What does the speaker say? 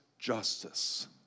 justice